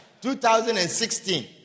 2016